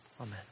Amen